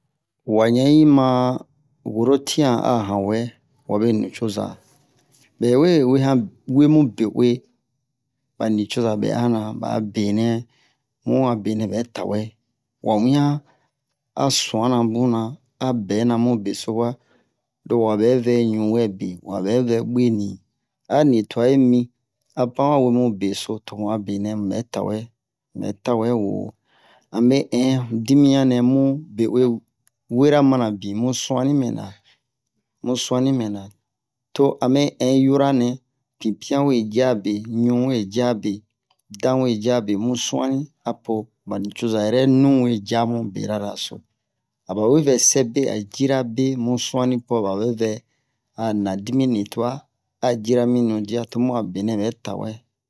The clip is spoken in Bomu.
Wa yan yima woro tiyan a han wɛ wabe nicoza bɛ we wehan wemu be'uwe ba nicoza bɛ'a na ba'a benɛ mu a benɛ bɛ tawɛ wa wiyan a su'ana buna a bɛna mu beso wa lo wa bɛ vɛ ɲu wɛ be wa bɛ vɛ buwe ni ani twa yi mi a pan wa wemu beso to mu'a benɛ mubɛ tawɛ mubɛ tawɛ wo ame dimiyan nɛ mu be'uwe wera mana bin mu su'ani mɛna mu su'ani mɛna to a mɛ in yura nɛ pipian we ja be ɲu we ja be dan we ja be mu su'ani apo ba nicoza yɛrɛ nu we jamu berara so a bawe vɛ sɛ be a jira be mu su'ani po a ba bɛ vɛ a nadimi nin twa a jira mi ɲudiya tomu a benɛ bɛ tawɛ